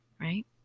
right